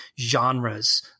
genres